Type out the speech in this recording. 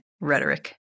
rhetoric